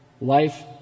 life